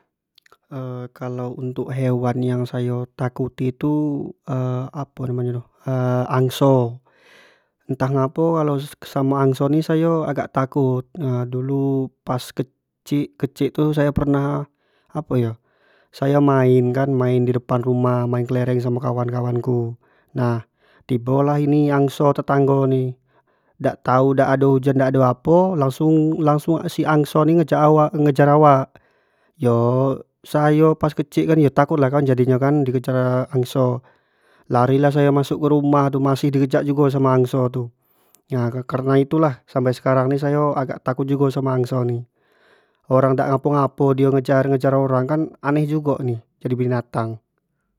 kalo untuk hewan yang sayo takuti tu apo namo nyo angso, entah ngapo kalo samo angso ni sayo agak takut dulu pas kecik-kecik tu sayo pernah apo iyo sayo main kan, main di depan rumah, main kelereng samo kawan ku nah tibi lah ini angso tetanggo ni, dak tau dak ado hujan dak apo langsung-langsung di angso ni ngejar-ngejar a-a-a wak yo sayo pas kecik yo takut lah kan jadi nyo kan di kejar angso, lari lah sayo masuk ke rumah tu masih di kejar jugo samo angso tu, nah kareno itu lah sampai sekarang sayo agak takut jugo samo ni, orang dak ngapo-ngapo dio ngejar-ngejar orang kan aneh jugo ni jadi binatang.